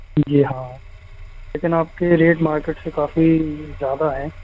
जी हाँ लेकिन आपके रेट मार्केट से काफ़ी ज़्यादा हैं